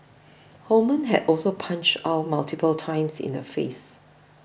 Holman had also punched Ow multiple times in the face